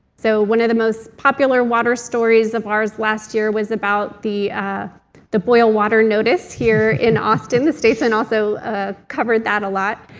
so one of the most popular water stories of ours last year was about the ah the boil water notice here in austin. the statesman also ah covered that a lot.